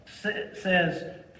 says